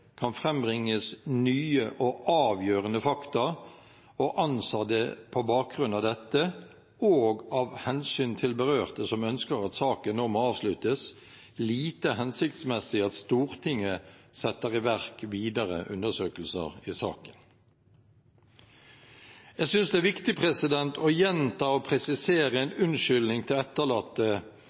kan frambringes nye og avgjørende fakta, og anser det på bakgrunn av dette og av hensyn til berørte som ønsker at saken nå må avsluttes, lite hensiktsmessig at Stortinget setter i verk videre undersøkelser i saken. Jeg synes det er viktig å gjenta og presisere en unnskyldning til etterlatte